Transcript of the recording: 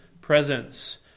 presence